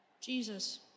Jesus